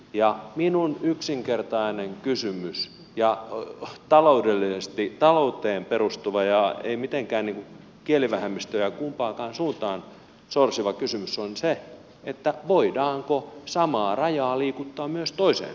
ja minun yksinkertainen kysymykseni talouteen perustuva ja ei mitenkään kielivähemmistöä kumpaakaan suuntaan sorsiva kysymys on se voidaanko samaa rajaa liikuttaa myös toiseen suuntaan